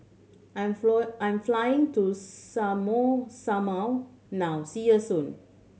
I'm flow I'm flying to Samoa now see you soon